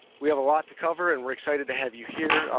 we have a lot to cover and we're excited to have you here.